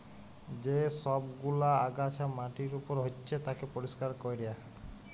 যে সব গুলা আগাছা মাটির উপর হচ্যে তাকে পরিষ্কার ক্যরা